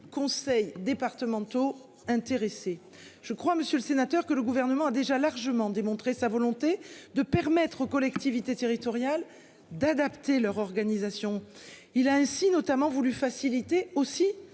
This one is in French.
conseils départementaux intéressé je crois Monsieur le Sénateur, que le gouvernement a déjà largement démontré sa volonté de permettre aux collectivités territoriales d'adapter leur organisation. Il a ainsi notamment voulu faciliter aussi